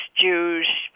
Jews